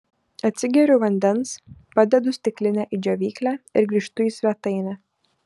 atsigeriu vandens padedu stiklinę į džiovyklę ir grįžtu į svetainę